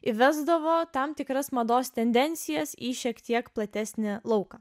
įvesdavo tam tikras mados tendencijas į šiek tiek platesnį lauką